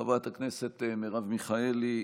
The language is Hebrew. חברת הכנסת מרב מיכאלי,